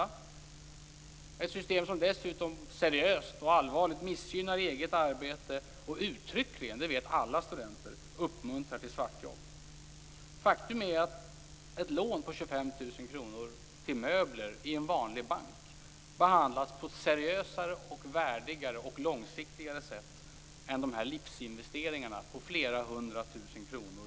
Det är ett system som dessutom seriöst och allvarligt missgynnar eget arbete och uttryckligen - det vet alla studenter - uppmuntrar till svartjobb. Faktum är att ett lån på 25 000 kr till möbler i en vanlig bank behandlas på ett seriösare, värdigare och långsiktigare sätt än dessa livsinvesteringar på flera hundratusen kronor.